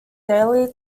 daily